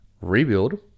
rebuild